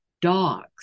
dogs